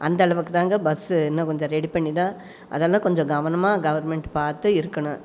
அந்த அளவுக்குதாங்க பஸ்ஸு இன்னும் கொஞ்சம் ரெடி பண்ணித்தான் அதெல்லாம் கொஞ்சம் கவனமாக கவர்மெண்ட் பார்த்து இருக்கணும்